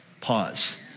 pause